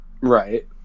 Right